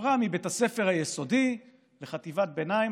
עברה מבית הספר היסודי לחטיבת ביניים,